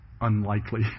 unlikely